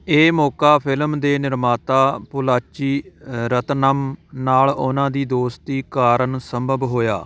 ਇਹ ਮੌਕਾ ਫਿਲਮ ਦੇ ਨਿਰਮਾਤਾ ਪੋਲਾਚੀ ਅ ਰਤਨਮ ਨਾਲ ਉਨ੍ਹਾਂ ਦੀ ਦੋਸਤੀ ਕਾਰਨ ਸੰਭਵ ਹੋਇਆ